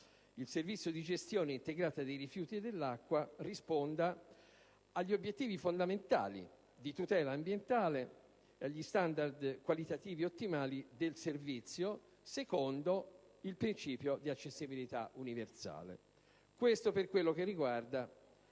il servizio di gestione integrata dei rifiuti dell'acqua risponda agli obiettivi fondamentali di tutela ambientale e agli standard qualitativi ottimali del servizio, secondo il principio di accessibilità universale. Questo per quello che riguarda